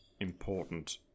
important